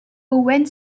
owen